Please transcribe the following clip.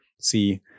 See